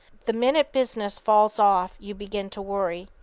the minute business falls off you begin to worry.